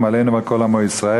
עלינו ועל כל עמו ישראל.